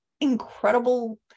incredible